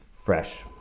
fresh